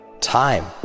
time